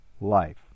life